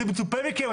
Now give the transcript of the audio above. זה מצופה מכם.